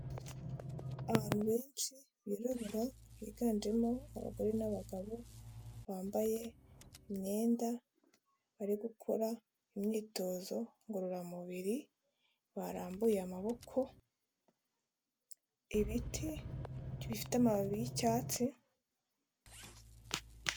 Abantu benshi birabura, higanjemo abagore n'abagabo bambaye imyenda, bari gukora imyitozo ngororamubiri, barambuye amaboko, ibiti bifite amababi y'icyatsi.